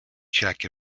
check